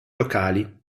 locali